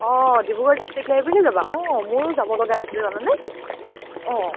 অ' Dibrugarh district লাইব্ৰেৰীলৈ যাবা অ' মোৰো যাব লগা আছিলে জানানে অ'